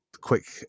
Quick